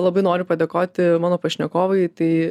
labai noriu padėkoti mano pašnekovui tai